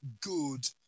good